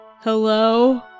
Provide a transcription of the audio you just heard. Hello